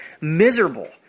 miserable